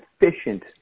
efficient